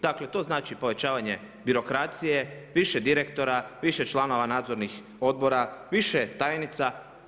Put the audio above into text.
Dakle, to znači povećavanje birokracije, više direktora, više članova nadzornih odbora, više tajnica.